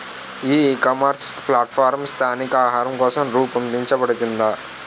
ఈ ecommerce platform స్థానిక ఆహారం కోసం రూపొందించబడిందా?